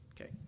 Okay